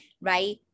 right